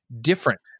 different